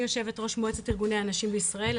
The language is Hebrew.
אני יושבת ראש מועצת ארגוני הנשים בישראל.